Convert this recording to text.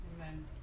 Amen